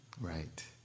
Right